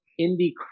indie